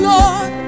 Lord